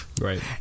Right